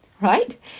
right